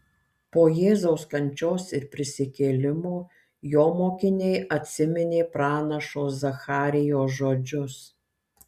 po jėzaus kančios ir prisikėlimo jo mokiniai atsiminė pranašo zacharijo žodžius